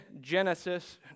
Genesis